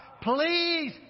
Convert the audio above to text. Please